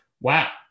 Wow